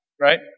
Right